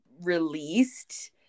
released